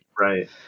Right